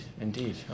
indeed